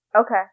Okay